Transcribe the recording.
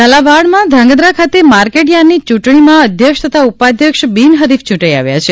ઝાલાવાડમાં ધ્રાંગધ્રા ખાતે માર્કેટયાર્ડની ચૂંટણીમાં અધ્યક્ષ તથા ઊપાધ્યક્ષ બીનહરીફ ચૂંટાઈ આવ્યા છે